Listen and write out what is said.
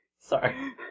Sorry